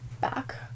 back